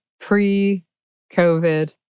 pre-COVID